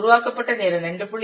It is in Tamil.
உருவாக்கப்பட்ட நேரம் 2